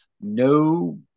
no